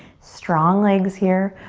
strong legs here.